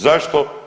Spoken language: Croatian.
Zašto?